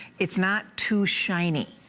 it is not too shiny.